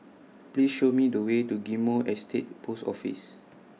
Please Show Me The Way to Ghim Moh Estate Post Office